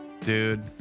Dude